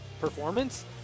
performance